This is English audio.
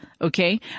okay